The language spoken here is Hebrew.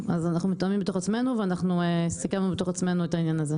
אנחנו מתואמים בתוך עצמנו ואנחנו סיכמנו בתוך עצמנו את העניין הזה.